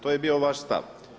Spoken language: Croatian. To je bio vaš stav.